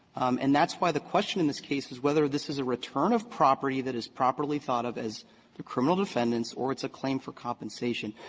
and that's why the question in this case is whether this is a return of property that is properly thought of as the criminal defendants or it's a claim for compensation.